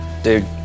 Dude